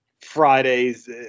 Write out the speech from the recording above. Fridays